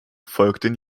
folgten